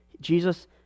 Jesus